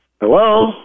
Hello